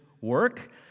work